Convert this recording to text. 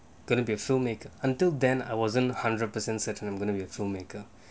gonna be a filmmaker until then I wasn't hundred percent certain I'm gonna be a filmmaker